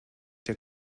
der